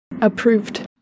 approved